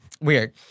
Weird